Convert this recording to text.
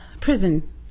Prison